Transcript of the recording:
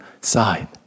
side